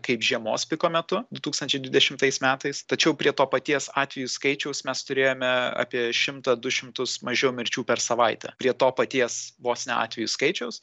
kaip žiemos piko metu du tūkstančiai dvidešimtais metais tačiau prie to paties atvejų skaičiaus mes turėjome apie šimtą du šimtus mažiau mirčių per savaitę prie to paties vos ne atvejų skaičiaus